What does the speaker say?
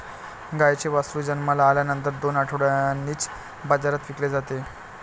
गाईचे वासरू जन्माला आल्यानंतर दोन आठवड्यांनीच बाजारात विकले जाते